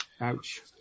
Ouch